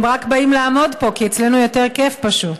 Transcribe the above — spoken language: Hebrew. הם רק באים לעמוד פה כי אצלנו יותר כיף, פשוט.